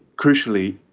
crucially,